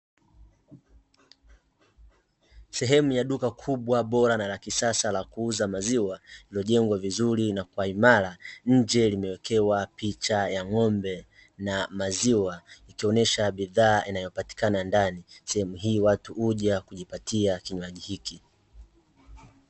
Sehemu ya duka kubwa bora na la kisasa la kuuza maziwa, lililojengwa vizuri na kuwa imara, nje limewekewa picha ya ng'ombe na maziwa, ikionesha bidhaa inayopatikana ndani. Sehemu hii watu huja kujipatia kinywaji hiki.